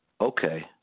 okay